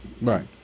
Right